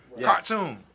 cartoon